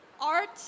art